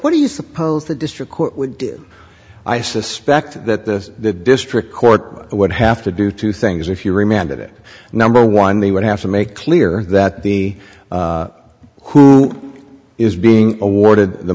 what do you suppose the district court would do i suspect that the district court would have to do two things if you remembered it number one they would have to make clear that the who is being awarded the